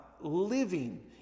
living